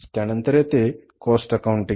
त्यानंतर येते cost accounting